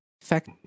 fact